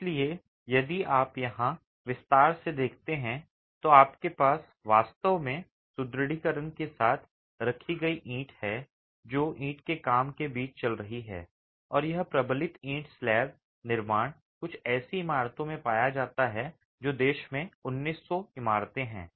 इसलिए यदि आप यहां विस्तार से देखते हैं तो आपके पास वास्तव में सुदृढीकरण के साथ रखी गई ईंट है जो ईंट के काम के बीच चल रही है और यह प्रबलित ईंट स्लैब निर्माण कुछ ऐसी इमारतों में पाया जाता है जो देश में 1900 इमारतें हैं